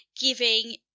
giving